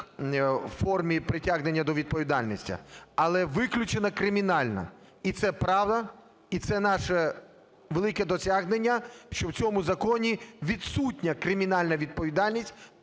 формі притягнення до відповідальності, але виключена кримінальна, і це право, і це наше велике досягнення, що в цьому законі відсутня кримінальна відповідальність